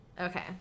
Okay